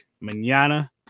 manana